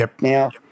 Now